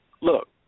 look